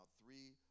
Three